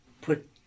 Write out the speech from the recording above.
put